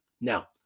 Now